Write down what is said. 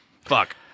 fuck